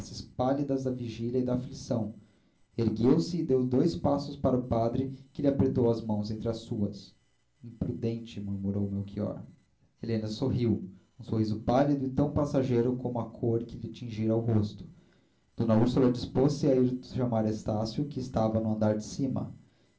pálidas da vigília e da aflição ergueu-se e deu dois passos para o padre que lhe apertou as mãos entre as suas imprudente murmurou melchior helena sorriu um sorriso pálido e tão passageiro como a cor que lhe tingira o rosto d úrsula dispôs-se a ir chamar estácio que estava no andar de cima